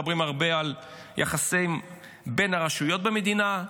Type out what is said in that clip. מדברים הרבה על יחסים בין הרשויות במדינה.